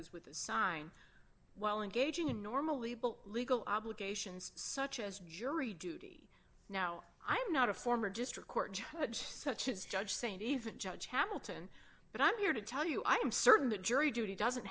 was with the sign while engaging in normally bill legal obligations such as jury duty now i'm not a former district court judge such as judge saint even judge hamilton but i'm here to tell you i'm certain that jury duty doesn't